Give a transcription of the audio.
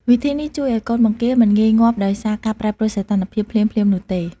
វិធីនេះជួយឲ្យកូនបង្គាមិនងាយងាប់ដោយសារការប្រែប្រួលសីតុណ្ហភាពភ្លាមៗនោះទេ។